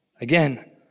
Again